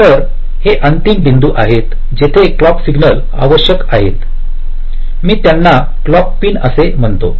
तर हे अंतिम बिंदू आहेत जेथे क्लॉक सिग्नल आवश्यक आहेत मी त्यांना क्लॉक पिन असे म्हणतो